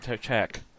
check